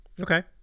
Okay